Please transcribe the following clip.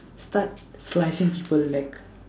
start slicing people like